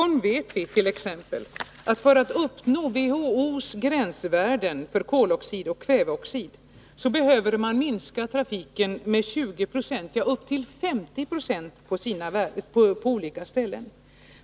För att i Stockholm uppnå WHO:s gränsvärden för kväveoxid behöver man minska trafiken med 20 96 — ja, upptill 50 26 på vissa ställen.